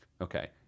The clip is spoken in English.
Okay